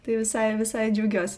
tai visai visai džiaugiuos